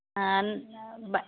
ನಾನಾ ಬಯ್